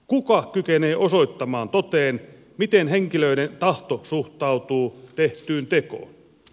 kuka kykenee osoittamaan toteen miten henkilöiden tahto suhtautuu tehtyyn tekoon